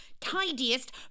tidiest